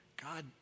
God